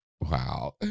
Wow